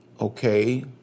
okay